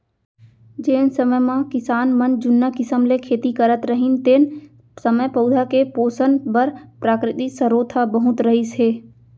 जेन समे म किसान मन जुन्ना किसम ले खेती करत रहिन तेन समय पउधा के पोसन बर प्राकृतिक सरोत ह बहुत रहिस हे